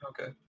Okay